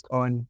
on